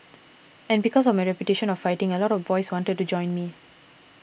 and because of my reputation of fighting a lot of boys wanted to join me